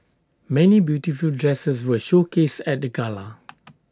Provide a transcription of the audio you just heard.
many beautiful dresses were showcased at the gala